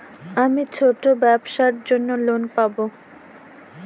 আমি ছোট ব্যবসার জন্য লোন পাব?